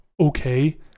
okay